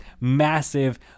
massive